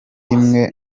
imwe